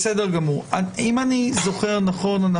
אם אני זוכר נכון,